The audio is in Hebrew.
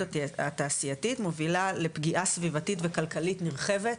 התעשייתית מובילה לפגיעה סביבתית וכלכלית נרחבת,